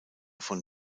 von